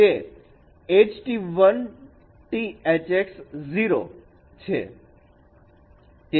તે T Hx 0 છે